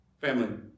Family